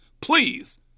Please